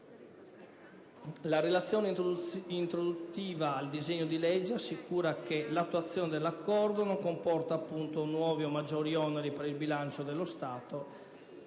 La relazione introduttiva al disegno di legge assicura che l'attuazione dell'accordo non comporta nuovi o maggiori oneri per il bilancio dello Stato,